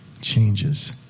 changes